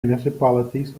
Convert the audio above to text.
municipalities